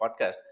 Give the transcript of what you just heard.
podcast